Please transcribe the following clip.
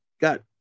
got